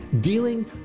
dealing